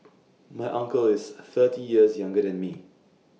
my uncle is thirty years younger than me